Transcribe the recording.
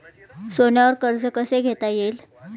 सोन्यावर कर्ज कसे घेता येईल?